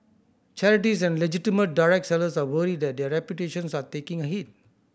charities and legitimate direct sellers are worried that their reputations are taking a hit